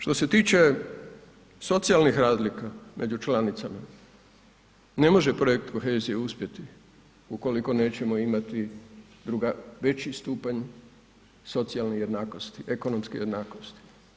Što se tiče socijalnih razlika među članicama, ne može projekt kohezije uspjeti ukoliko nećemo imati veći stupanj socijalne jednakosti, ekonomske jednakosti.